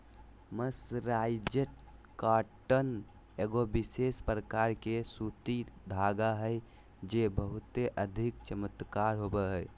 mercerised cotton एगो विशेष प्रकार के सूती धागा हय जे बहुते अधिक चमकदार होवो हय